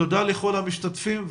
תודה לכל המשתתפים.